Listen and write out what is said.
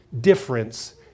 difference